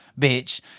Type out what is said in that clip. Bitch